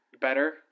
better